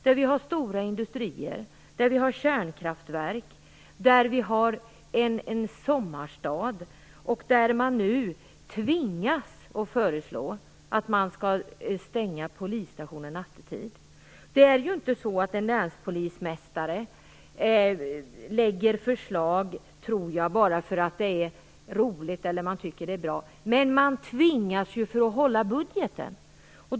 Där finns stora industrier och kärnkraftverk. Oskarshamn är också en sommarstad. Nu tvingas man föreslå att polisstationen skall stängas nattetid. Det är ju inte så att det är en länspolismästare som lägger fram ett sådant förslag bara för att han tycker att det är roligt eller bra. Men han tvingas till det för att hålla sig inom budgeten.